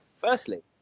firstly